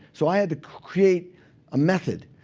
so i had to create a method.